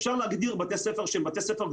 אפשר להגדיר בתי ספר גדולים,